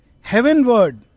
Heavenward